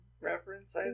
reference